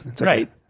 right